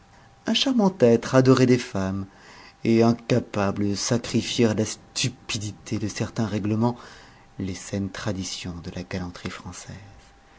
un charmant être adoré des femmes et incapable de sacrifier à la stupidité de certains règlements les saines traditions de la galanterie française